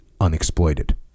unexploited